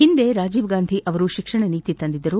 ಹಿಂದೆ ರಾಜೀವ್ ಗಾಂಧಿ ಅವರು ಶಿಕ್ಷಣ ನೀತಿ ತಂದಿದ್ದರು